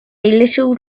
little